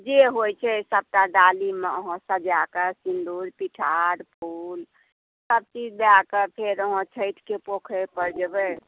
जे होइ छै सभटा अहाँ डालीमे सजाकऽ सिंदुर पिठार फुल सभ चीज दयकऽ फेर अहाँ छठिके पोखरि पर जेबै